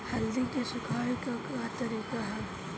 हल्दी के सुखावे के का तरीका ह?